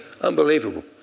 unbelievable